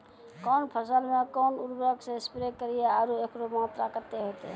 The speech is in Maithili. कौन फसल मे कोन उर्वरक से स्प्रे करिये आरु एकरो मात्रा कत्ते होते?